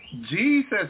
Jesus